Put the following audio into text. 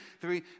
three